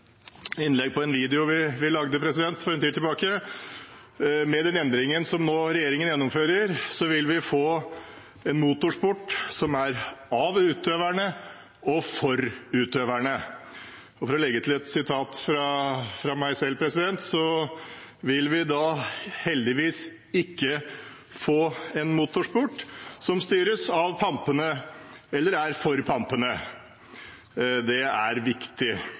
innlegg i en video vi lagde for en tid tilbake: Med den endringen regjeringen nå gjennomfører, vil vi få en motorsport som er av utøverne og for utøverne. Og for å legge til et sitat fra meg selv: Vi vil da heldigvis ikke få en motorsport som styres av pampene eller er for pampene. Det er viktig.